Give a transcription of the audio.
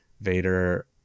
Vader